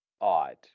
odd